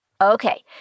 Okay